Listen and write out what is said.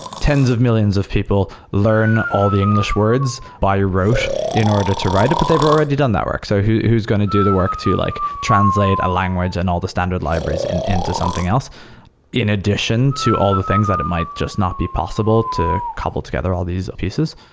tens of millions of people learn all the english words by roche in order to write up, but they've already done that work. so who who is going to do the work to like translate a language and all the standard libraries and into something else in addition to all the things that it might just not be possible to cobble together all these pieces?